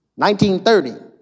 1930